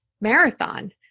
marathon